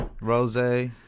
rose